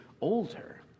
older